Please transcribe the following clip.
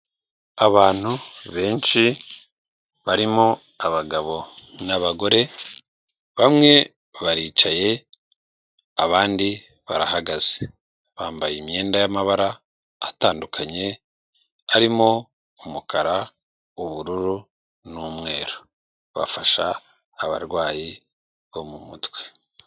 Abantu benshi barimo abagabo n'abagore, bamwe baricaye abandi barahagaze bambaye imyenda y'amabara atandukanye harimo umukara, ubururu n'umweru bafasha abarwayi bo mu mutwe.